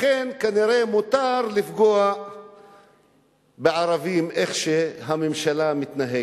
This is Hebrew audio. לכן כנראה מותר לפגוע בערבים, כמו שהממשלה מתנהגת.